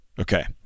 okay